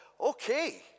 Okay